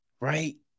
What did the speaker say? right